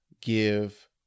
give